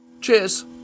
Cheers